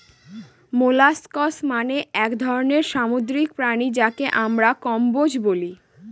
molluscs মানে এক ধরনের সামুদ্রিক প্রাণী যাকে আমরা কম্বোজ বলি